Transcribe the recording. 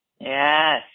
yes